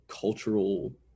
cultural